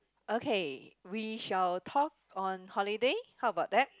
okay we shall talk on holiday how about that